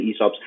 esops